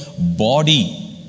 body